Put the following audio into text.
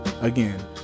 Again